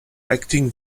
acting